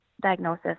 diagnosis